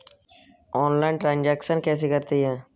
Online transaction कैसे करते हैं?